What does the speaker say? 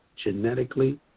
genetically